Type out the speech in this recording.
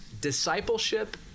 Discipleship